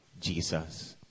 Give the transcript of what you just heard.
Jesus